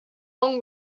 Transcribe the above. wrong